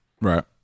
Right